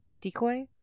decoy